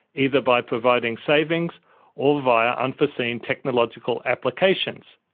either by providing savings or via unforeseen technological applications,